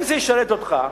אם זה ישרת אותך,